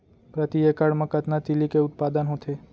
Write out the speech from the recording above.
प्रति एकड़ मा कतना तिलि के उत्पादन होथे?